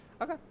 Okay